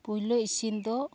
ᱯᱳᱭᱞᱳ ᱤᱥᱤᱱ ᱫᱚ